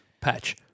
Patch